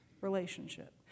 relationship